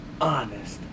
Honest